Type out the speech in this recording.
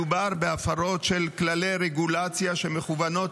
מדובר בהפרות של כללי רגולציה שמכוונות